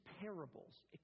parables